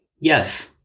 Yes